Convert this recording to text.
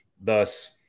Thus